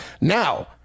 Now